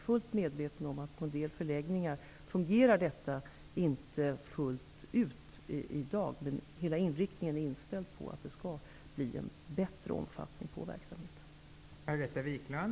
Jag är medveten om att det inte fungerar fullt ut på en del förläggningar, men inriktningen är att det skall bli en bättre omfattning på verksamheten.